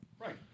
Right